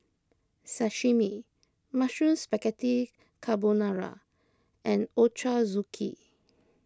Sashimi Mushroom Spaghetti Carbonara and Ochazuke